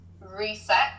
reset